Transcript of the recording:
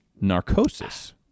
narcosis